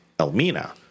Elmina